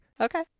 Okay